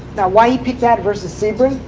now why he picked that versus sebring?